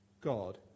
God